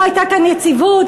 לא הייתה כאן יציבות?